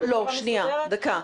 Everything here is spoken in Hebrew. לא, שנייה, דקה.